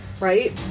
Right